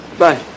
bye